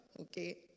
Okay